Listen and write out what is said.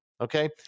Okay